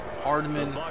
Hardman